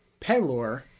Pelor